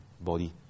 body